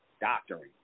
doctoring